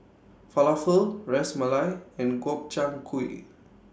Falafel Ras Malai and Gobchang Gui